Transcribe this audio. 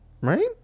Right